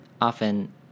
Often